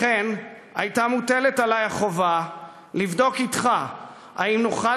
לכן הייתה מוטלת עלי החובה לבדוק אתך האם נוכל